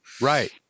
Right